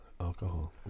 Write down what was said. alcohol